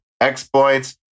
exploits